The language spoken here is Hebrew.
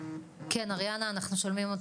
--- כן אריאנה אנחנו שומעים אותך.